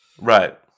Right